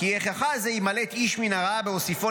"כי איככה זה יימלט איש מן הרעה בהוסיפו